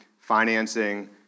financing